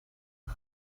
and